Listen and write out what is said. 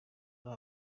ari